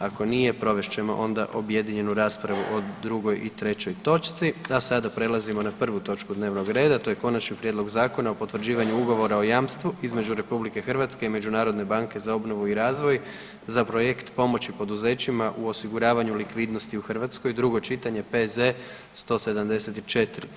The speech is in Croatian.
Ako nije provest ćemo onda objedinjenu raspravu o 2. i 3. točci, a sada prelazimo na prvu točku dnevnog reda, a to je: - Konačni prijedlog Zakona o potvrđivanju ugovora o jamstvu između RH i Međunarodne banke za obnovu i razvoj za projekt pomoći poduzećima u osiguravanju likvidnosti u Hrvatskoj, drugo čitanje, P.Z. br. 174.